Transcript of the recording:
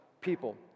people